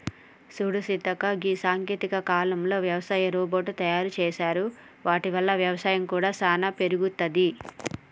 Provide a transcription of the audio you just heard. సూడు సీతక్క గీ సాంకేతిక కాలంలో యవసాయ రోబోట్ తయారు సేసారు వాటి వల్ల వ్యవసాయం కూడా సానా పెరుగుతది